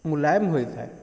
ମୁଲାୟମ ହୋଇଥାଏ